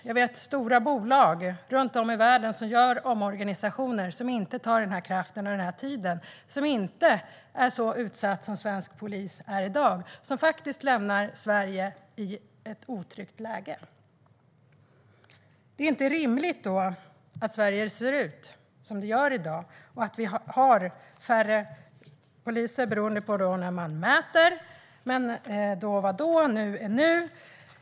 Jag vet stora bolag runt om i världen som gör omorganisationer som inte tar den här kraften och den här tiden. De är inte så utsatta som svensk polis är i dag. Sverige lämnas i ett otryggt läge. Det är inte rimligt att det ser ut som det gör i dag i Sverige och att vi har färre poliser - visserligen beroende på när man mäter. Men då var då, nu är nu.